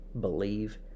believe